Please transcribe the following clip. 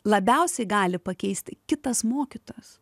labiausiai gali pakeisti kitas mokytojas